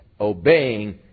obeying